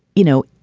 you know,